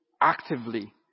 actively